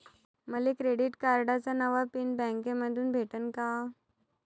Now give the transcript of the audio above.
मले क्रेडिट कार्डाचा नवा पिन बँकेमंधून भेटन का?